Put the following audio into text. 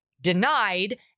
denied